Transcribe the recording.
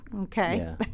okay